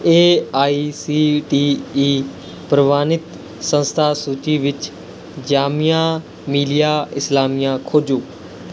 A I C T E ਪ੍ਰਵਾਨਿਤ ਸੰਸਥਾ ਸੂਚੀ ਵਿੱਚ ਜਾਮੀਆ ਮਿਲੀਆ ਇਸਲਾਮੀਆ ਖੋਜੋ